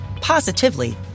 positively